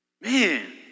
Man